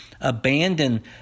abandon